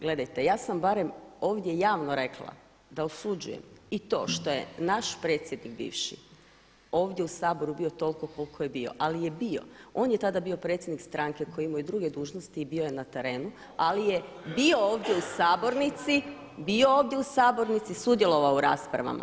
Gledajte, ja sam barem ovdje javno rekla da osuđujem i to što je naš predsjednik bivši ovdje u Saboru bio toliko koliko je bio ali je bio, on je tada bio predsjednik stranke koji je imao i druge dužnosti i bio je na terenu ali je bio ovdje u Sabornici, sudjelovao u raspravama.